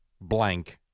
blank –